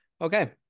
Okay